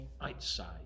outside